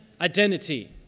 identity